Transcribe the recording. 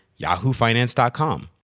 yahoofinance.com